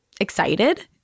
Excited